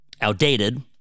outdated